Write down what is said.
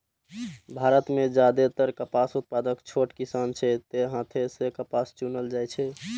भारत मे जादेतर कपास उत्पादक छोट किसान छै, तें हाथे सं कपास चुनल जाइ छै